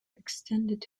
extended